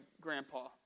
grandpa